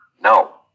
No